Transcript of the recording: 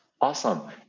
Awesome